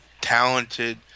talented